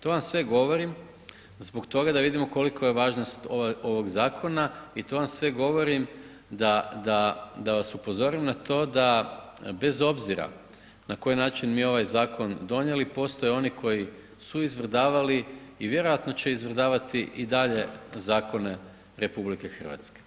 To vam sve govorim zbog toga da vidimo kolika je važnost ovog zakona i to vam sve govorim da vas upozorim na to da bez obzira na koji način mi ovaj zakon donijeli postoje oni koji su izvrdavali i vjerojatno će izvrdavati i dalje zakone Republike Hrvatske.